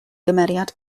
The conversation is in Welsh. gymeriad